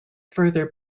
further